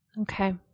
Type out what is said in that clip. Okay